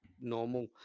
normal